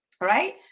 right